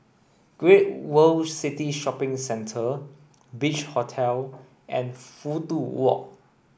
Great World City Shopping Centre Beach Hotel and Fudu Walk